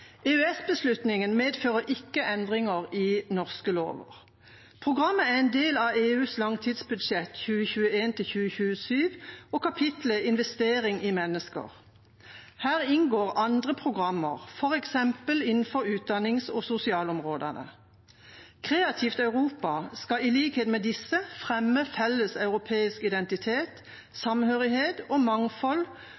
medfører ikke endringer i norske lover. Programmet er en del av EUs langtidsbudsjett 2021–2027 og kapitlet «Investering i mennesker». Her inngår andre programmer, f.eks. innenfor utdannings- og sosialområdene. Kreativt Europa skal i likhet med disse fremme felles europeisk identitet,